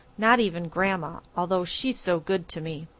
not even grandma, although she's so good to me.